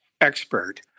expert